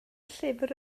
llyfr